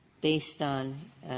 based on